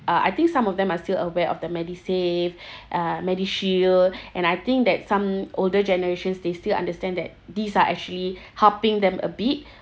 uh I think some of them are still aware of the MediSave uh MediShield and I think that some older generations they still understand that these are actually helping them a bit